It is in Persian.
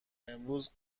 امروز